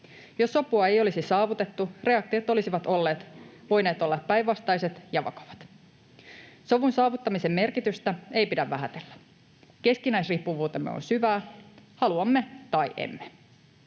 Jos sopua ei olisi saavutettu, reaktiot olisivat voineet olla päinvastaiset ja vakavat. Sovun saavuttamisen merkitystä ei pidä vähätellä. Keskinäisriippuvuutemme on syvää, haluamme tai emme.